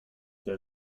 der